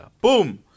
Boom